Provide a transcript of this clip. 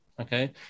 okay